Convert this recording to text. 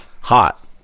Hot